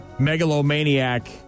Megalomaniac